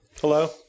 Hello